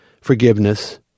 forgiveness